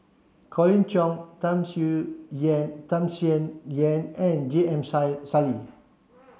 Colin Cheong Tham Yen Tham Sien Yen and J M Sali